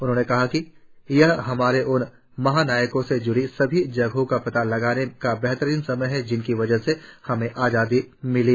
उन्होंने कहा कि यह हमारे उन महानायकों से ज्डी सभी जगहों का पता लगाने का बेहतरीन समय है जिनकी वजह से हमें आजादी मिली